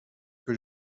que